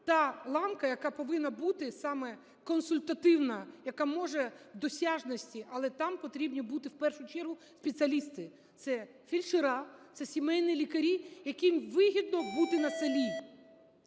та ланка, яка повинна бути саме консультативна, яка може в досяжності, але там потрібні бути в першу чергу спеціалісти: це фельдшера, це сімейні лікарі, яким вигідно бути на селі.